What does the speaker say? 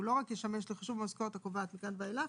הוא לא רק ישמש לחישוב המשכורת הקובעת מכאן ואילך,